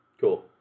Cool